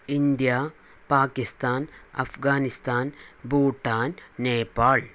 India Pakistan Afghanistan Bhutan Nepal